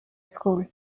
school